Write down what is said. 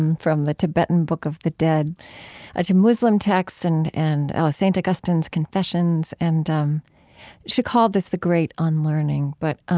um from the tibetan book of the dead ah to muslim texts and and ah st. augustine's confessions. and um she called this the great unlearning. but